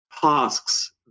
tasks